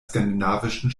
skandinavischen